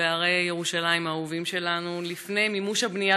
בהרי ירושלים האהובים שלנו לפני מימוש הבנייה